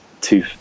two